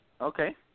Okay